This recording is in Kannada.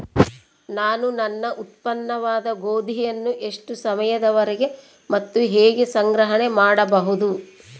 ನಾನು ನನ್ನ ಉತ್ಪನ್ನವಾದ ಗೋಧಿಯನ್ನು ಎಷ್ಟು ಸಮಯದವರೆಗೆ ಮತ್ತು ಹೇಗೆ ಸಂಗ್ರಹಣೆ ಮಾಡಬಹುದು?